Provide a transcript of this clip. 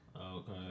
Okay